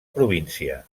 província